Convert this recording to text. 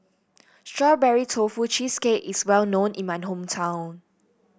Strawberry Tofu Cheesecake is well known in my hometown